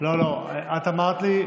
לא לא, את אמרת לי: